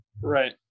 Right